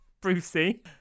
Brucey